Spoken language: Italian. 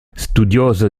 studioso